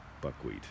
Buckwheat